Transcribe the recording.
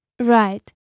Right